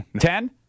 Ten